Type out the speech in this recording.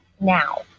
now